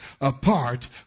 apart